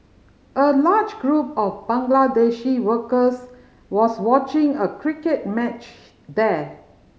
a large group of Bangladeshi workers was watching a cricket match there